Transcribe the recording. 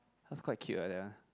cause quite cute eh that one